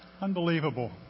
Unbelievable